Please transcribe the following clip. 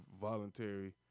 voluntary